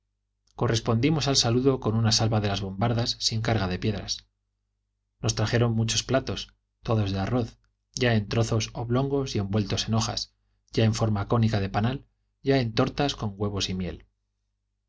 correspondimos al saludo con una salva de las bombardas sin carga de piedras nos trajeron muchos platos todos de arroz ya en trozos oblongos y envueltos en hojas ya en forma cónica de panal ya en tortas con huevos y miel